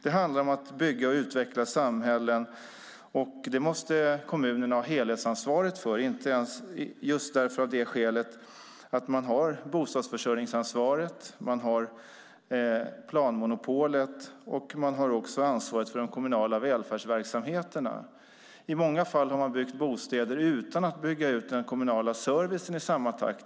Det handlar om att bygga och utveckla samhällen, och det måste kommunerna ha helhetsansvaret för - just av det skälet att de har bostadsförsörjningsansvaret, planmonopolet och ansvaret för de kommunala välfärdsverksamheterna. I många fall har man byggt bostäder utan att bygga ut den kommunala servicen i samma takt.